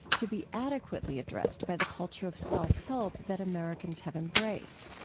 to be adequately addressed by the culture of self-help that americans have embraced.